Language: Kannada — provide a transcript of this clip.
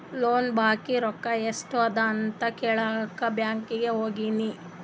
ಲೋನ್ದು ಬಾಕಿ ರೊಕ್ಕಾ ಎಸ್ಟ್ ಅದ ಅಂತ ಕೆಳಾಕ್ ಬ್ಯಾಂಕೀಗಿ ಹೋಗಿನಿ